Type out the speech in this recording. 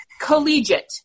collegiate